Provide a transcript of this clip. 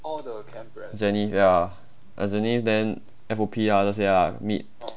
jenny ya then F_O_P 这些啦 meet